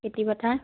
খেতিপথাৰ